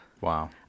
Wow